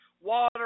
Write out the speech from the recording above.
water